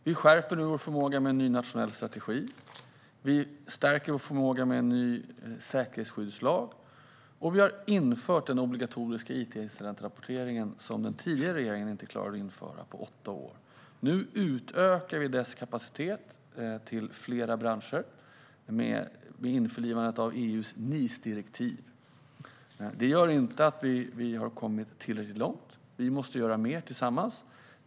Vi skärper nu vår förmåga med en ny nationell strategi och en ny säkerhetsskyddslag, och vi har infört den obligatoriska it-incidentrapportering som den tidigare regeringen inte klarade att införa på åtta år. Nu utökar vi dess kapacitet till fler branscher med införlivandet av EU:s NIS-direktiv. Detta gör inte att vi har kommit tillräckligt långt. Vi måste göra mer tillsammans.